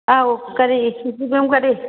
ꯑꯥꯎ ꯀꯔꯤ ꯀꯔꯤ